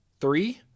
three